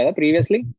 previously